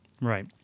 Right